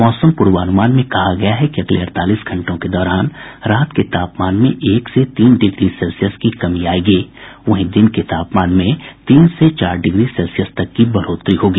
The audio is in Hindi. मौसम पूर्वानुमान में कहा गया है कि अगले अड़तालीस घंटों के दौरान रात के तापमान में एक से तीन डिग्री सेल्सियस की कमी आयेगी वहीं दिन के तापमान में तीन से चार डिग्री सेल्सियस तक की बढ़ोतरी होगी